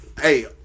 hey